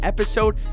Episode